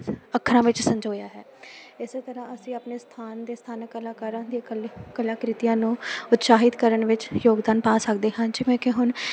ਅੱਖਰਾਂ ਵਿੱਚ ਸੰਜੋਇਆ ਹੈ ਇਸ ਤਰ੍ਹਾਂ ਅਸੀਂ ਆਪਣੇ ਸਥਾਨ 'ਤੇ ਸਥਾਨਕ ਕਲਾਕਾਰਾਂ ਦੀ ਇਕੱਲੇ ਕਲਾਕ੍ਰਿਤੀਆਂ ਨੂੰ ਉਤਸ਼ਾਹਿਤ ਕਰਨ ਵਿੱਚ ਯੋਗਦਾਨ ਪਾ ਸਕਦੇ ਹਾਂ ਜਿਵੇਂ ਕਿ ਹੁਣ